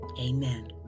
amen